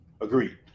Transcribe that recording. Agreed